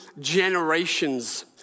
generations